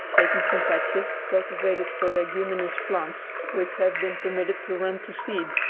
taken from patches cultivated for leguminous plants which have been permitted to run to seed,